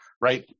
right